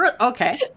Okay